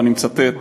ואני מצטט: